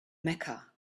mecca